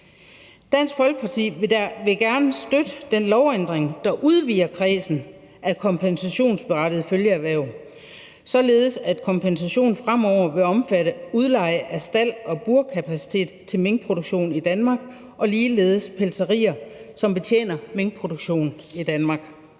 Dansk Folkeparti vil gerne støtte den lovændring, der udvider kredsen af kompensationsberettigede følgeerhverv, således at kompensation fremover vil omfatte udleje af stald og burkapacitet til minkproduktion i Danmark og ligeledes pelserier, som betjener minkproduktion i Danmark.